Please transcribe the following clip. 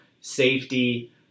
safety